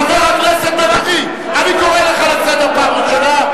חבר הכנסת בן-ארי, אני קורא לך לסדר פעם ראשונה.